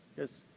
is